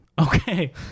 Okay